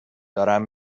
دارم